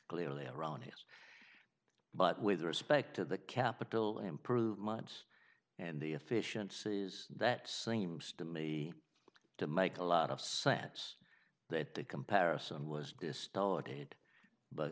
clearly erroneous but with respect to the capital improvements and the efficiencies that seems to me to make a lot of sense that the comparison was distorted but